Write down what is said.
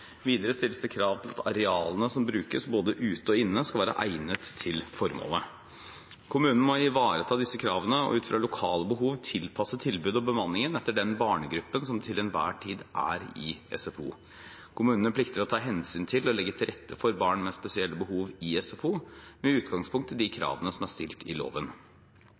Videre stilles det krav til at arealene som brukes, både ute og inne, skal være egnet til formålet. Kommunene må ivareta disse kravene og ut fra lokale behov tilpasse tilbudet og bemanningen etter den barnegruppen som til enhver tid er i SFO. Kommunene plikter å ta hensyn til og legge til rette for barn med spesielle behov i SFO, med utgangspunkt i de kravene som er stilt i loven.